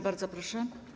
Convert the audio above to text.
Bardzo proszę.